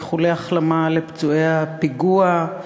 איחולי החלמה לפצועי הפיגוע,